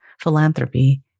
philanthropy